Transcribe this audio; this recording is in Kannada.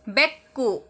ಬೆಕ್ಕು